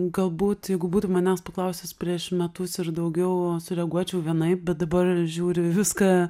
galbūt jeigu būtum manęs paklausęs prieš metus ir daugiau sureaguočiau vienaip bet dabar žiūri viską